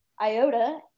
IOTA